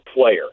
player